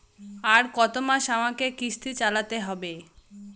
আর কতমাস আমাকে কিস্তি চালাতে হবে?